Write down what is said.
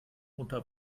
unter